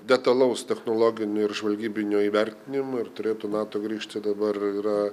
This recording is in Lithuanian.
detalaus technologinio ir žvalgybinio įvertinimo ir turėtų metų grįžti dabar yra